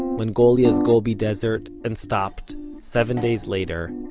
mongolia's gobi desert and stopped, seven days later,